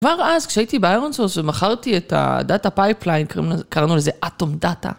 כבר אז כשהייתי באיירנסורס ומכרתי את הדאטה פייפליין קראנו לזה אטום דאטה.